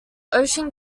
ocean